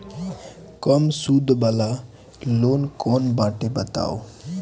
कम सूद वाला कौन लोन बाटे बताव?